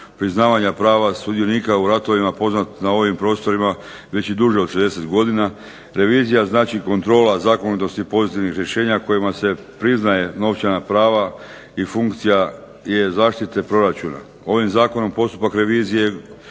priznavanja prava sudionika u ratovima poznat na ovim prostorima već i duže od 60 godina. Revizija znači kontrola zakonitosti pozitivnih rješenja kojima se priznaje novčana prava i funkcija je zaštite proračuna. Ovim zakonom postupak revizije